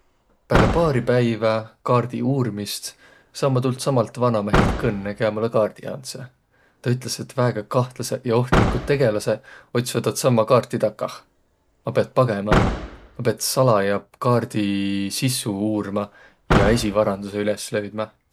Pääle paari päivä kaardi uurmist, saa ma tuultsamalt vanamehelt kõnnõ, kiä mullõ kaardi andsõ. Tä ütles, et väega kahtladsõq ja ohtliguq tegeläseq otsvaq taadsamma kaarti takah. Ma piät pagõma. Ma piät salaja kaardi sissu uurma ja esiq varandusõ üles löüdmä.